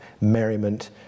merriment